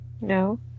No